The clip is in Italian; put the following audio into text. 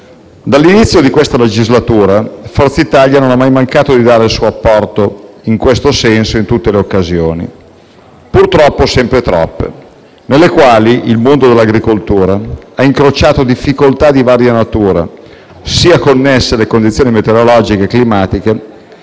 Dall'inizio di questa legislatura Forza Italia non ha mai mancato di dare il suo apporto in questo senso in tutte le occasioni, purtroppo sempre troppe, nelle quali il mondo dell'agricoltura ha incrociato difficoltà di varia natura, connesse sia alle condizioni meteorologiche e climatiche,